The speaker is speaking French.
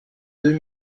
deux